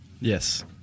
yes